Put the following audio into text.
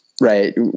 Right